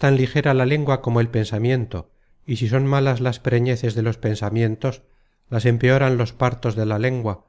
tan ligera la lengua como el pensamiento y si son malas las preñeces de los pensamientos las empeoran los partos de la lengua